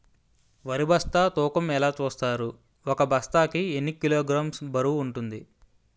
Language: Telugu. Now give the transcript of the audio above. వరి బస్తా తూకం ఎలా చూస్తారు? ఒక బస్తా కి ఎన్ని కిలోగ్రామ్స్ బరువు వుంటుంది?